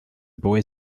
boy